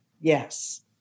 yes